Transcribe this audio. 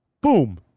Boom